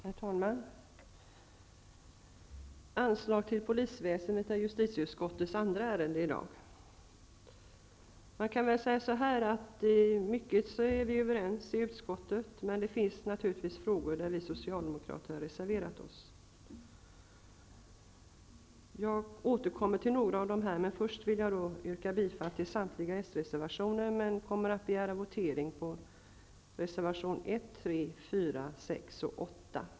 Herr talman! Anslag till polisväsendets är justitieutskottets andra ärende i dag. Man kan väl säga att vi i mycket är överens i utskottet, men att det naturligtvis finns frågor där vi socialdemokrater har reserverat oss. Jag återkommer till några av dessa, men först vill jag yrka bifall till samtliga sreservationer. Jag kommer att begära votering på reservationerna 1, 3, 4, 6 och 8.